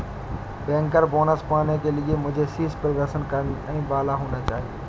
banker bonus पाने के लिए मुझे शीर्ष प्रदर्शन करने वाला होना चाहिए